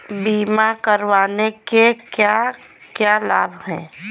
बीमा करवाने के क्या क्या लाभ हैं?